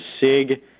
SIG